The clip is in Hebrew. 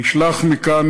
נשלח מכאן,